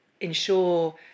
ensure